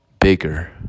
bigger